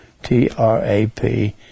T-R-A-P